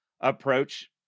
approach